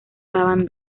daban